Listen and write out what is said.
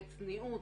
בצניעות,